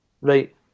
Right